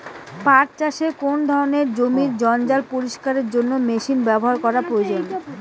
পাট চাষে কোন ধরনের জমির জঞ্জাল পরিষ্কারের জন্য মেশিন ব্যবহার করা প্রয়োজন?